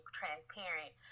transparent